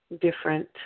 different